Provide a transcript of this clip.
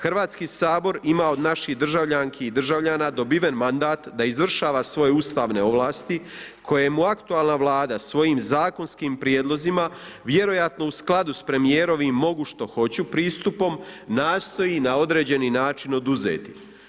Hrvatski sabor ima od naših državljanki i državljana dobiven mandat da izvršava svoje ustavne ovlasti koje mu aktualna Vlada svojim zakonskim prijedlozima vjerojatno u skladu s premijerovim „mogu što hoću“ pristupom nastoji na određeni način oduzeti.